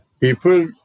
people